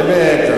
באמת.